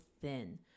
thin